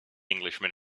englishman